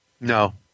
No